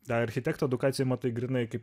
dar architekto edukacijoj matai grynai kaip